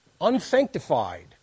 unsanctified